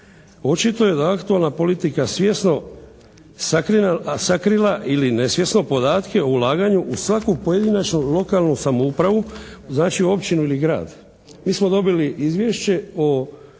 Očito je da aktualna politika je svjesno sakrila ili nesvjesno podatke o ulaganju u svaku pojedinačnu lokalnu samoupravu, znači općinu ili grad. Mi smo dobili Izvješće o